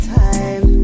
time